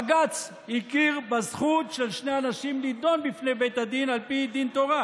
בג"ץ הכיר בזכות של שני אנשים להתדיין בפני בית הדין על פי דין תורה,